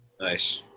Nice